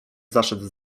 zaszedł